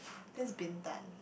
that's Bintan